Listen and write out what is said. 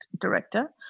director